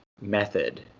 method